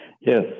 Yes